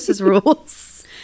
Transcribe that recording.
rules